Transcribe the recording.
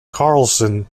karlsson